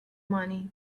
money